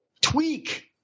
tweak